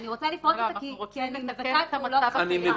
אני רוצה לפרוץ אותה כי אני מבצעת פעולות חקירה,